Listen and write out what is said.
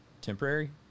temporary